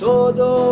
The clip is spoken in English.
Todo